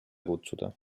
kutsuda